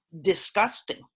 disgusting